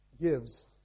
gives